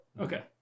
Okay